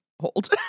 hold